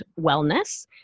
Wellness